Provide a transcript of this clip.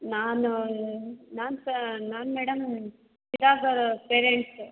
ನಾನು ನಾನು ಸ ನಾನು ಮೇಡಮ್ ಚಿರಾಗ ಪೇರೆಂಟ್ಸ್